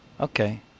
Okay